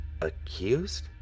Accused